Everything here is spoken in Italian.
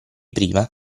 prima